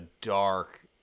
dark